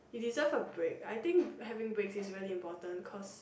you deserve a break I think having breaks is really important cause